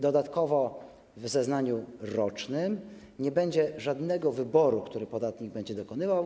Dodatkowo w zeznaniu rocznym nie będzie żadnego wyboru, którego podatnik będzie dokonywał.